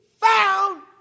found